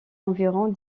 environ